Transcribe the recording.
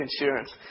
insurance